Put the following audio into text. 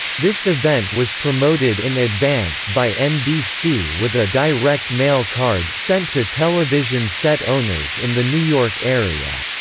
this event was promoted in advance by nbc with a direct-mail card sent to television set owners in the new york area.